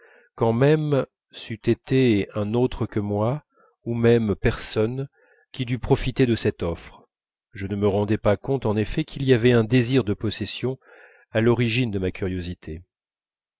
quand même c'eût été un autre que moi ou même personne qui dût profiter de cette offre je ne me rendais pas compte en effet qu'il y avait un désir de possession à l'origine de ma curiosité